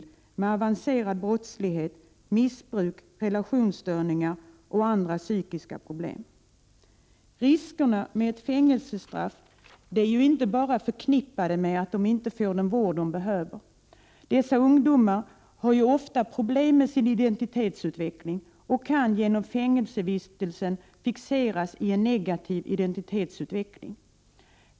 Det handlar om avancerad brottslighet, missbruk, relationsstörningar och andra psykiska problem. Riskerna med ett fängelsestraff är inte bara förknippade med att ungdomarna inte får den vård som de behöver. Déssa ungdomar har ofta problem med sin identitetsutveckling och kan genom fängelsevistelsen fixeras vid en negativ identitetsutveckling.